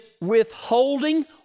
withholding